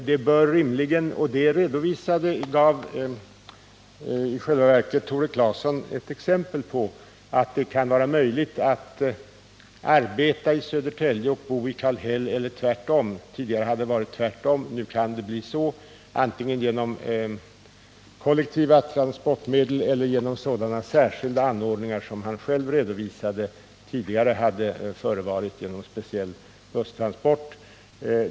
Det bör vara möjligt — det gav Tore Claeson i själva verket ett exempel på — att arbeta i Södertälje och bo i Kallhäll. Tidigare har det varit tvärtom. Det kan ske antingen genom kollektiva transportmedel eller genom sådana särskilda busstransporter som Tore Claeson påvisade tidigare hade förekommit.